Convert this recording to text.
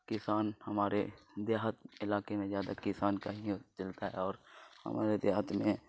کسان ہمارے دیہات علاقے میں زیادہ کسان کا ہی چلتا ہے اور ہمارے دیہات میں